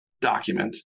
document